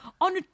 on